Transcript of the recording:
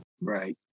Right